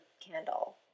candle